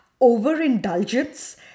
overindulgence